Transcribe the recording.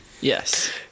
Yes